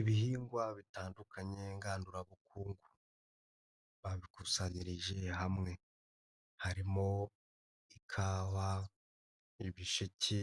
Ibihingwa bitandukanye ngandurabukungu babikusanyirije hamwe harimo: ikawa, ibisheke,